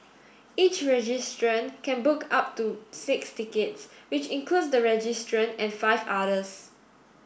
each registrant can book up to six tickets which includes the registrant and five others